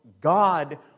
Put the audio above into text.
God